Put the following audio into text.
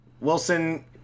Wilson